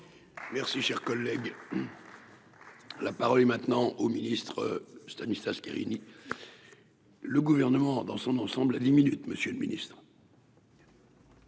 Merci, cher collègue là. Maintenant au ministre Stanislas Guérini le gouvernement dans son ensemble à dix minutes Monsieur le Ministre.